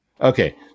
Okay